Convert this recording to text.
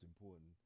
important